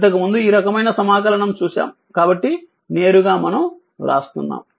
ఇంతకుముందు ఈ రకమైన సమాకలనం చూశాము కాబట్టి నేరుగా మనం వ్రాస్తున్నాము